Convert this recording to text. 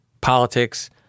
Politics